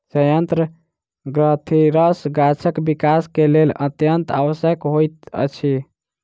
सयंत्र ग्रंथिरस गाछक विकास के लेल अत्यंत आवश्यक होइत अछि